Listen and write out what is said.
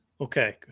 Okay